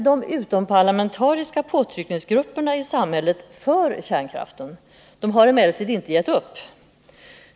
De utomparlamentariska påtryckningsgrupperna i samhället för kärnkraften har emellertid inte gett upp.